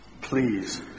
Please